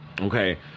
Okay